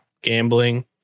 Gambling